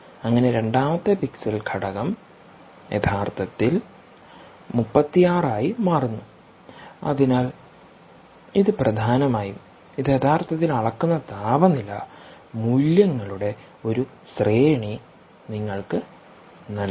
അങ്ങനെ രണ്ടാമത്തെ പിക്സൽ ഘടകം യഥാർത്ഥത്തിൽ 36 ആയി മാറുന്നു അതിനാൽ ഇത് പ്രധാനമായും ഇത് യഥാർത്ഥത്തിൽ അളക്കുന്ന താപനില മൂല്യങ്ങളുടെ ഒരു ശ്രേണി നിങ്ങൾക്ക് നൽകുന്നു